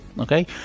okay